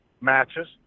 matches